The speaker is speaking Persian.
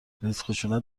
ریزخشونت